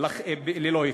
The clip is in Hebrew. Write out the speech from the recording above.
ללא היתר.